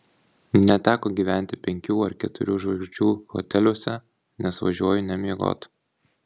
neteko gyventi penkių ar keturių žvaigždžių hoteliuose nes važiuoju ne miegot